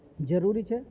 જરૂરી છે